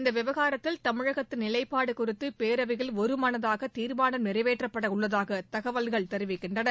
இந்த விவகாரத்தில் தமிழகத்தின் நிலைப்பாடு குறித்து பேரவையில் ஒருமனதாக தீர்மானம் நிறைவேற்றப்பட உள்ளதாக தகவல்கள் தெரிவிக்கின்றன